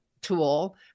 tool